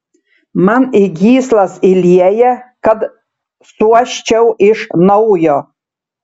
man į gyslas įlieja kad suoščiau iš naujo